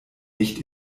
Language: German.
nicht